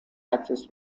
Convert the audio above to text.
access